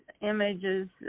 images